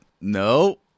No